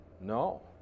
No